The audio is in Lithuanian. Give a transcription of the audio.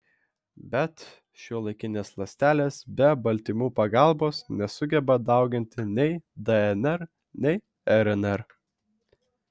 bet šiuolaikinės ląstelės be baltymų pagalbos nesugeba dauginti nei dnr nei rnr